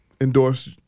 endorsed